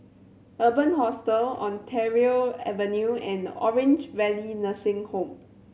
Urban Hostel Ontario Avenue and Orange Valley Nursing Home